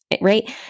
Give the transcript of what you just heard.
right